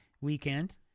weekend